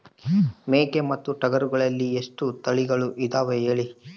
ಮೇಕೆ ಮತ್ತು ಟಗರುಗಳಲ್ಲಿ ಎಷ್ಟು ತಳಿಗಳು ಇದಾವ ಹೇಳಿ?